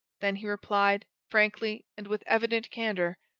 then he replied, frankly and with evident candour.